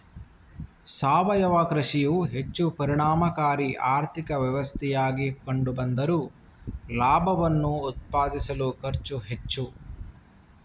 ಸಾವಯವ ಕೃಷಿಯು ಹೆಚ್ಚು ಪರಿಣಾಮಕಾರಿ ಆರ್ಥಿಕ ವ್ಯವಸ್ಥೆಯಾಗಿ ಕಂಡು ಬಂದರೂ ಲಾಭವನ್ನು ಉತ್ಪಾದಿಸಲು ಖರ್ಚು ಹೆಚ್ಚು